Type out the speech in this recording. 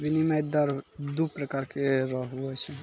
विनिमय दर दू प्रकार रो हुवै छै